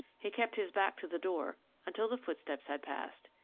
he kept his back to the door until the footsteps had passed.